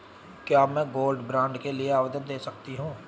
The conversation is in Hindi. क्या मैं गोल्ड बॉन्ड के लिए आवेदन दे सकती हूँ?